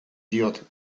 diot